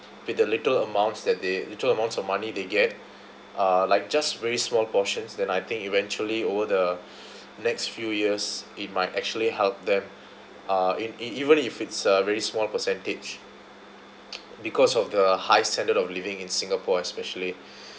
with the little amounts that they little amounts of money they get uh like just very small portions then I think eventually over the next few years it might actually help them uh ev~ even if it's a very small percentage because of the high standard of living in singapore especially